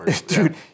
Dude